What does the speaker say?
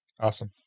Awesome